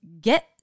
get